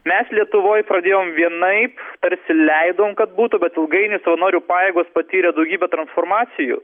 mes lietuvoj pradėjom vienaip tarsi leidom kad būtų bet ilgainiui savanorių pajėgos patyrė daugybę transformacijų